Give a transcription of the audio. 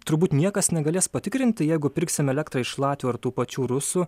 turbūt niekas negalės patikrinti jeigu pirksim elektrą iš latvių ar tų pačių rusų